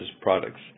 products